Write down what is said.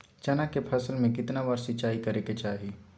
चना के फसल में कितना बार सिंचाई करें के चाहि?